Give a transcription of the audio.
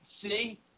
See